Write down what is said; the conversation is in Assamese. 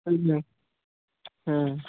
অঁ